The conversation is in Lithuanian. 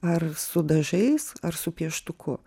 ar su dažais ar su pieštuku